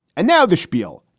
and now the schpiel.